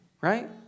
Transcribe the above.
right